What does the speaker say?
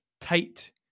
tight